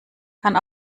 kann